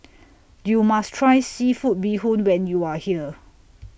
YOU must Try Seafood Bee Hoon when YOU Are here